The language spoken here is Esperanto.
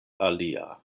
alia